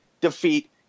defeat